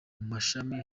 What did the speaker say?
mashini